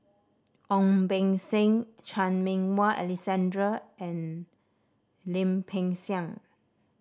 Ong Beng Seng Chan Meng Wah Alexander and Lim Peng Siang